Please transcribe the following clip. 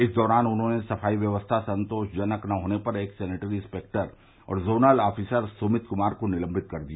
इस दौरान उन्होंने सफाई व्यवस्था संतोष्जनक न होने पर एक सेनेटरी इंस्पेक्टर और जोनल आफीसर सुमित कुमार को निलम्बित कर दिया